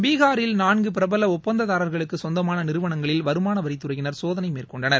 பீகாரில் நான்கு பிரபல ஒப்பந்ததாரர்களுக்கு சொந்தமான நிறுவனங்களில் வருமானவரித்துறையினர் சோதனை மேற்கொண்டனர்